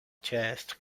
chest